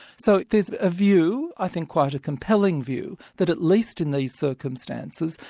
so there's a view, i think quite a compelling view, that at least in these circumstances,